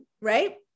right